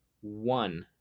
one